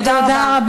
תודה רבה.